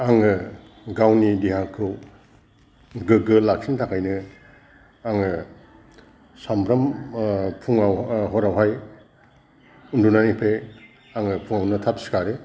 आङो गावनि देहाखौ गोग्गो लाखिनो थाखायनो आङो सानफ्रामबो फुङाव हरावहाय उन्दुनायनिफ्राय आङो फुङावनो थाब सिखारो